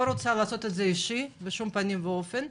רוצה לעשות את זה אישי בשום פנים ואופן,